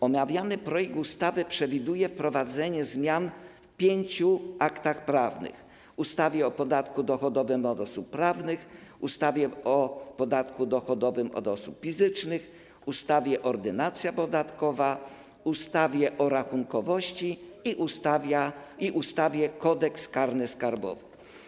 Omawiany projekt ustawy przewiduje wprowadzenie zmian w pięciu aktach prawnych: ustawie o podatku dochodowym od osób prawnych, ustawie o podatku dochodowym od osób fizycznych, ustawie - Ordynacja podatkowa, ustawie o rachunkowości i ustawie - Kodeks karny skarbowy.